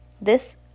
This